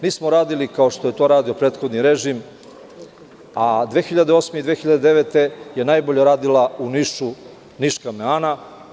Nismo radili kao što je to radio prethodni režim, a 2008. i 2009. godine je najbolje radila u Nišu „Niška meana“